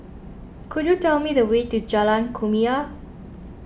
could you tell me the way to Jalan Kumia